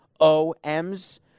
OMs